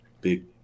big